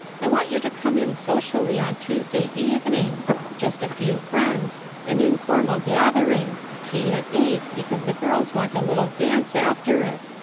i want you to come in socially on tuesday evening just a few friends an informal gathering tea at eight, because the girls want a little dance after it.